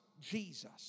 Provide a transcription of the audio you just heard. Jesus